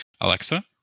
Alexa